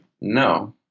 no